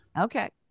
Okay